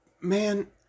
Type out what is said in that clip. Man